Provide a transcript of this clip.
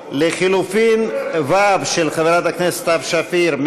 לחלופין ו', של חברת הכנסת סתיו שפיר.